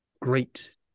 great